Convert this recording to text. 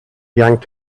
yanked